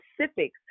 specifics